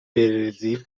برزیل